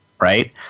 right